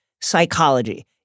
psychology